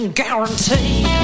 guarantee